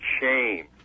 shame